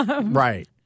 right